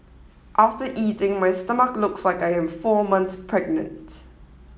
after eating my stomach looks like I am four months pregnant